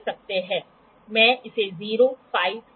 इसलिए जब हम चलते हैं तो मैं एंगल खींचने की कोशिश करूंगा